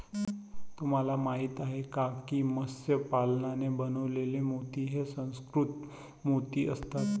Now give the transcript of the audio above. तुम्हाला माहिती आहे का की मत्स्य पालनाने बनवलेले मोती हे सुसंस्कृत मोती असतात